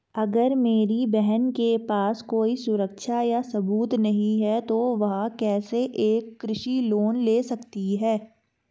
अगर मेरी बहन के पास कोई सुरक्षा या सबूत नहीं है, तो वह कैसे एक कृषि लोन ले सकती है?